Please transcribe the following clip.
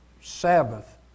Sabbath